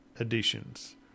editions